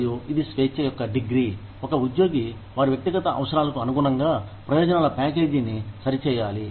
మరియు ఇది స్వేచ్ఛ యొక్క డిగ్రీ ఒక ఉద్యోగి వారి వ్యక్తిగత అవసరాలకు అనుగుణంగా ప్రయోజనాల ప్యాకేజీని సరిచేయాలి